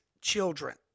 children